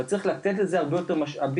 אבל צריך לתת לזה הרבה יותר משאבים,